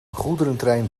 goederentrein